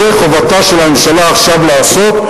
זו חובתה של הממשלה עכשיו לעשות,